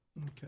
Okay